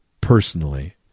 personally